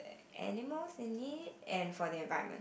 animals in need and for the environment